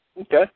Okay